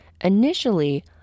initially